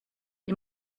die